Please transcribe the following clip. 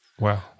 wow